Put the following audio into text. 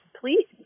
please